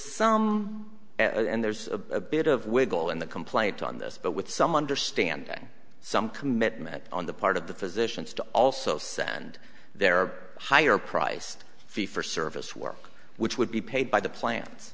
some and there's a bit of wiggle in the complaint on this but with some wonder standing some commitment on the part of the physicians to also send their higher priced fee for service work which would be paid by the plans